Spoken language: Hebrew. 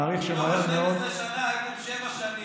מתוך 12 שנה הייתם שבע שנים,